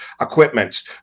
equipment